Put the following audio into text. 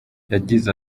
yagize